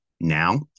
now